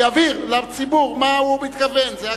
שיבהיר לציבור מה הוא מתכוון, זה הכול.